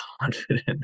confident